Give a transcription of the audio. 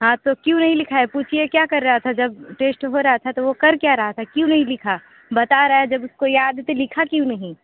हाँ तो क्यों नहीं लिखा है पूछिए क्या कर रहा था जब टेस्ट हो रहा था तो वो कर क्या रहा था क्यों नहीं लिखा बता रहा है जब उसको याद है तो लिखा क्यों नहीं